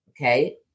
Okay